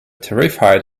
terrified